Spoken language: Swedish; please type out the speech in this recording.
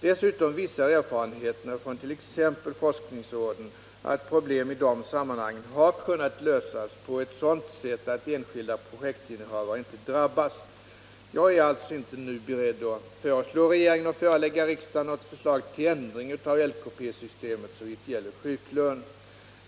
Dessutom visar erfarenheterna från t.ex. forskningsråden att problemen i dessa sammanhang har kunnat lösas på sådant sätt att enskilda projektinnehavare inte drabbas. Jag är alltså inte nu beredd att föreslå regeringen att förelägga riksdagen något förslag till ändring av LKP-systemet såvitt gäller sjuklön.